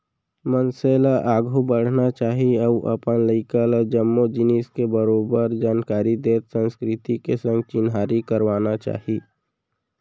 मनसे ल आघू बढ़ना चाही अउ अपन लइका ल जम्मो जिनिस के बरोबर जानकारी देत संस्कृति के संग चिन्हारी करवाना चाही